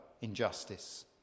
injustice